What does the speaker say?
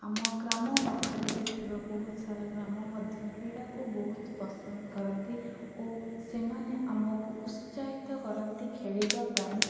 ଆମ ଗ୍ରାମ ପାଖରେ ବି ଥିବା ବହୁତ ସାରା ଗ୍ରାମ ମଧ୍ୟ କ୍ରୀଡ଼ାକୁ ବହୁତ ପସନ୍ଦ କରନ୍ତି ଓ ସେମାନେ ଆମକୁ ଉତ୍ସାହିତ କରନ୍ତି ଖେଳିବା ପାଇଁ